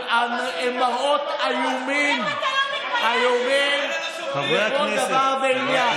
הם מראות איומים, איומים לכל דבר ועניין.